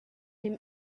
him